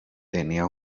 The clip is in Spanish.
tenía